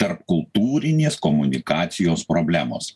tarpkultūrinės komunikacijos problemos